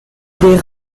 des